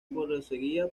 proseguía